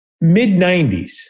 mid-90s